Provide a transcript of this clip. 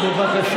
מה עם, אבל לרשות,